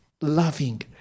loving